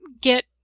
get